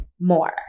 more